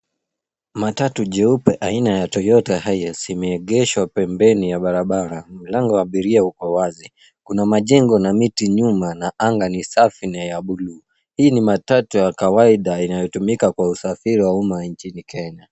Matatu jeupe aina ya Toyota Hiace imeegeshwa pembeni ya barabara. Mlango wa abiria uko wazi. Kuna majengo na miti nyuma na anga ni safi na ya buluu. Hii ni matatu ya kawaida inayotumika kwa usafiri wa umma nchini Kenya.